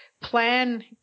plan